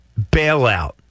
bailout